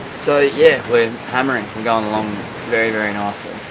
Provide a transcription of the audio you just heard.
so yeah, we're hammering, we're going along very, very nicely.